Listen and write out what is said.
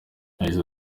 yagize